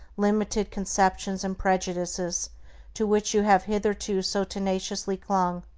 limited conceptions and prejudices to which you have hitherto so tenaciously clung,